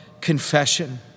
confession